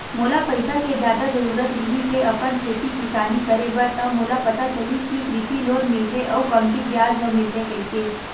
मोला पइसा के जादा जरुरत रिहिस हे अपन खेती किसानी करे बर त मोला पता चलिस कि कृषि लोन मिलथे अउ कमती बियाज म मिलथे कहिके